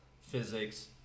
physics